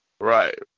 Right